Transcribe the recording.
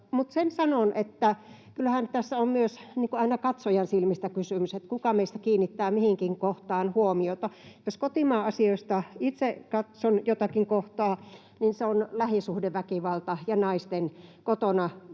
sen sanon, että kyllähän tässä on aina myös katsojan silmistä kysymys, että kuka meistä kiinnittää mihinkin kohtaan huomiota. Jos kotimaan asioista itse katson jotakin kohtaa, niin se on lähisuhdeväkivalta ja naisiin kotona